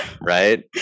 right